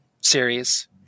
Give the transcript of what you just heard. series